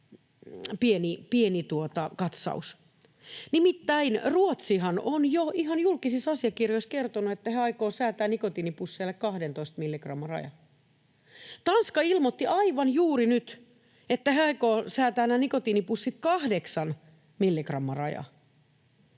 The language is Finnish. pieni katsaus, nimittäin Ruotsihan on jo ihan julkisissa asiakirjoissa kertonut, että he aikovat säätää nikotiinipusseille 12 milligramman rajan. Tanska ilmoitti aivan juuri nyt, että he aikovat säätää nämä nikotiinipussit kahdeksan